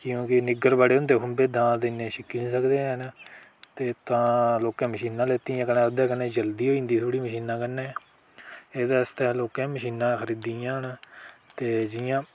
क्योंकि निग्गर बड़े हुन्दे खुम्बे दांद इन्ने छिक्की नी सकदे हैन ते तां लोकें मशीनां लैती दियां कन्नै ओह्दे कन्नै जल्दी होई जंदी थोह्ड़ी मशीनां कन्नै एह्दे आस्तै लोकें मशीनां खरीदी दियां न ते जियां